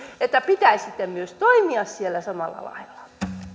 että pitää sitten myös toimia siellä samalla